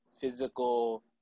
physical